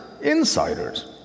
Insiders